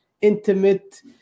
intimate